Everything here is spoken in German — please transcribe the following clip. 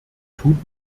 tut